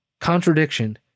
contradiction